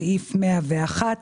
בסעיף 101,